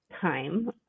time